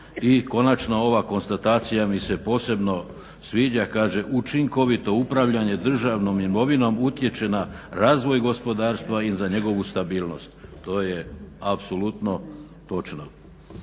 I konačno ova konstatacija mi se posebno sviđa kaže učinkovito upravljanje državnom imovinom utječe na razvoj gospodarstva i za njegovu stabilnost. To je apsolutno točno.